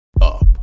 up